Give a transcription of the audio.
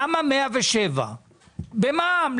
למה 107,000 ₪ במע"מ?